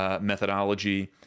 Methodology